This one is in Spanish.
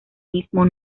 mismo